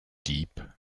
deep